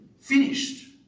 Finished